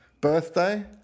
Birthday